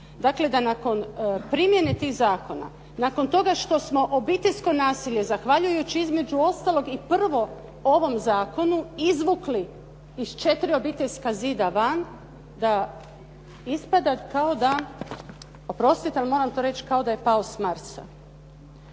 dakle da nakon primjene tih zakona, nakon toga što smo obiteljsko nasilje zahvaljujući između ostalog i prvo ovom zakonu izvukli iz 4 obiteljska zida van, da ispada kao da, oprostite, ali moram to reći, kao da je pao s Marsa.